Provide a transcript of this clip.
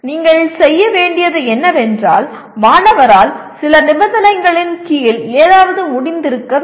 நீங்கள் செய்ய வேண்டியது என்னவென்றால் மாணவரால் சில நிபந்தனைகளின் கீழ் ஏதாவது செய்ய முடிந்திருக்க வேண்டும்